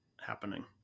happening